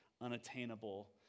unattainable